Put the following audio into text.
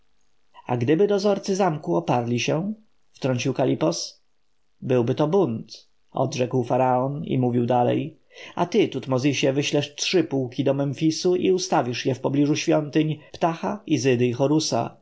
a gdyby dozorcy zamku oparli się wtrącił kalipos byłby to bunt odrzekł faraon i mówił dalej a ty tutmozisie wyślesz trzy pułki do memfisu i ustawisz je wpobliżu świątyń ptali izydy i horusa